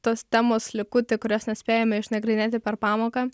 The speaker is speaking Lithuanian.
tos temos likutį kurios nespėjome išnagrinėti per pamoką